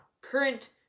current